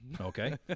Okay